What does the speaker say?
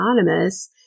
anonymous